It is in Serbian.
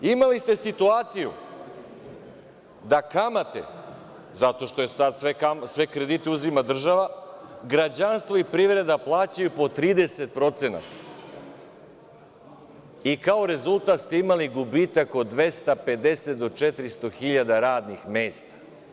Imali ste situaciju da kamate, zato što sada sve kredite uzima država, građanstvo i privreda plaćaju po 30% i kao rezultat ste imali gubitak od 250 do 400 hiljada radnih mesta.